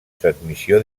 transmissió